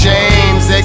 James